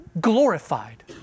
glorified